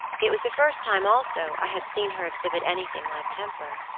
it was the first time, also, i had seen her exhibit anything like temper.